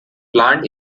plant